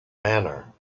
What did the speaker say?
manor